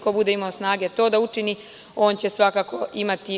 Ko bude imao snage to da učini, on će svakako imati